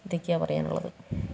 ഇതൊക്കെയാണ് പറയാനുള്ളത്